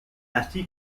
así